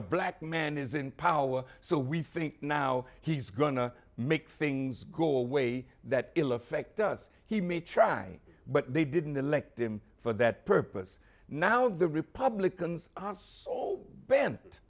a black man is in power so we think now he's going to make things go away that will affect us he may try but they didn't elect him for that purpose now the republicans bent